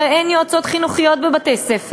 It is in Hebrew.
הרי אין יועצות חינוכיות בבתי-ספר,